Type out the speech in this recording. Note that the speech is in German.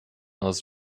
aus